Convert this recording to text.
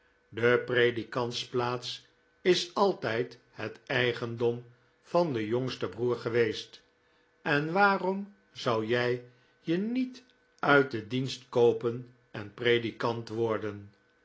de predikantsplaats is altijd het eigendom van den jongsten broer geweest en waarom zou jij je niet uit den dienst koopen en predikant worden